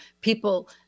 people